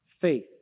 Faith